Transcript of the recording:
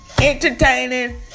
Entertaining